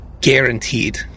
guaranteed